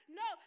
no